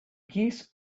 geese